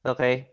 Okay